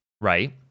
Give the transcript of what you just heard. Right